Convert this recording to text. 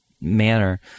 manner